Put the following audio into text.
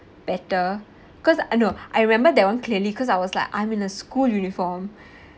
better cause uh no I remember that one clearly cause I was like I'm in a school uniform